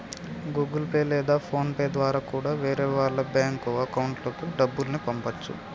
Google Pay లేదా PhonePe ద్వారా కూడా వేరే వాళ్ళ బ్యేంకు అకౌంట్లకి డబ్బుల్ని పంపచ్చు